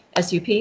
SUP